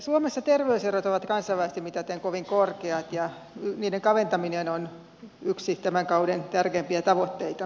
suomessa terveyserot ovat kansainvälisesti mitaten kovin korkeat ja niiden kaventaminen on yksi tämän kauden tärkeimpiä tavoitteita